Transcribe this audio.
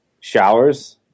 showers